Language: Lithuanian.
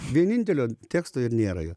vienintelio teksto ir nėra jo